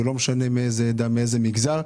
ולא משנה מאיזו עדה ומאיזה מגזר,